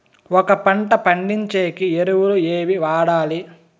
ఒక పంట పండించేకి ఎరువులు ఏవి వాడాలి?